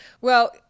Well-